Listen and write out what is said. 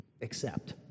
accept